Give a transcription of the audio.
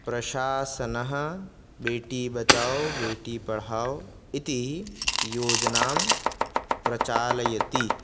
प्रशासनः बेटी बचाव् बेटी पढाव् इति योजनां प्रचालयति